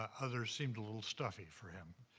ah others seemed a little stuffy for him.